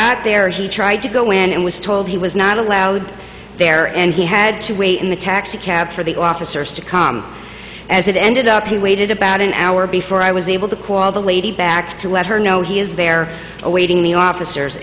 got there he tried to go in and was told he was not allowed there and he had to wait in the taxicab for the officers to come as it ended up he waited about an hour before i was able to call the lady back to let her know he is there awaiting the officers